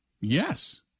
Yes